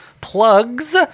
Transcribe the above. plugs